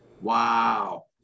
wow